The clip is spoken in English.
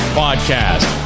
podcast